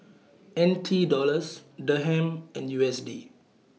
N T Dollars Dirham and U S D